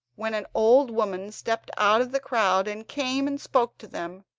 when an old woman stepped out of the crowd and came and spoke to them.